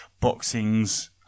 Boxing's